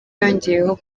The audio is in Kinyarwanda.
yongeyeho